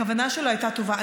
הכוונה שלו הייתה טובה.